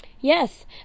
Yes